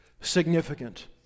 significant